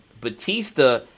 Batista